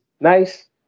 nice